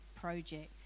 project